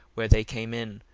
where they came in,